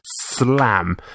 slam